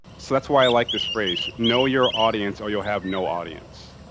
so, that's why i like this phrase know your audience or you'll have no audience.